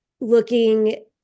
looking